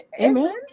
Amen